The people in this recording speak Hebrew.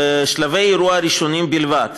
בשלבי האירוע הראשוניים בלבד,